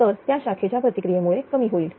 तर त्या शाखेच्या प्रतिक्रियेमुळे कमी होईल